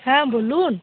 হ্যাঁ বলুন